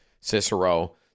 Cicero